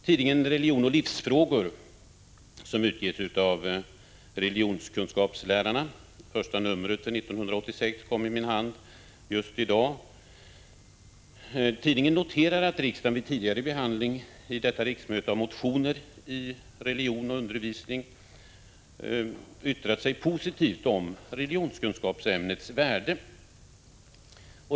Tidningen Religion och livsfrågor, som utges av religionskunskapslärarna — det första nummret för 1986 kom i min hand just i dag — noterar att riksdagen vid tidigare behandling under detta riksmöte av motioner om religion och undervisning yttrat sig positivt om religionskunskapsämnets värde.